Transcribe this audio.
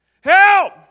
help